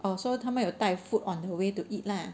oh so 他们有带 food on her way to eat lah